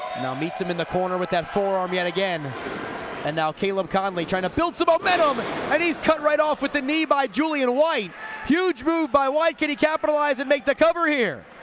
now meets him in the corner with that forearm yet again and now caleb konley trying to build some um momentum um and and his cut right off with the knee by julian whyt huge move by whyt can he capitalized and make the cover here